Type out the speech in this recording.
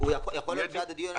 יכול להיות שעד דיון ההמשך,